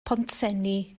pontsenni